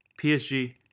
PSG